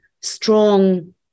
strong